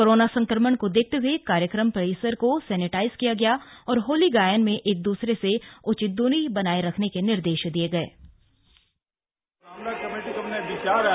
corona संक्रमण को देखते हए कार्यक्रम परिसर को सैनिटाइज किया गया है और होली गायन में एकदूसरे से उचित दूरी बनाए रखने के निर्देश दिए गए हैं